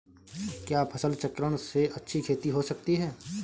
क्या फसल चक्रण से अच्छी खेती हो सकती है?